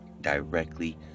directly